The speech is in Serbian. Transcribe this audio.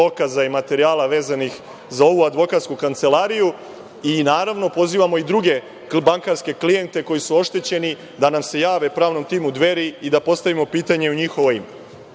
i materijala vezanih za ovu advokatsku kancelariju i pozivamo i druge bankarske klijente koji su oštećeni da nam se jave, pravnom timu Dveri, i da postavimo pitanje u njihovo